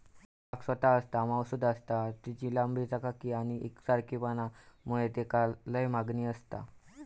ताग स्वस्त आसता, मऊसुद आसता, तेची लांबी, चकाकी आणि एकसारखेपणा मुळे तेका लय मागणी आसता